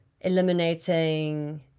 eliminating